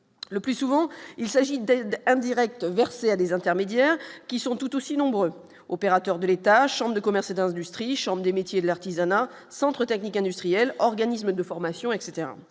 le plus souvent il s'agit d'aides indirectes versées à des intermédiaires qui sont tout aussi nombreux opérateurs de l'État, chambre de commerce et d'industrie, chambre des métiers de l'artisanat centres techniques, industriels, organismes de formation, etc,